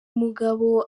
mugabo